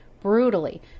brutally